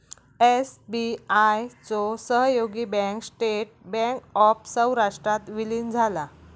SBI चो सहयोगी bank State Bank of सौराष्ट्रात विलीन झाला